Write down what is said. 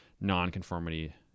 non-conformity